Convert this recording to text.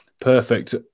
perfect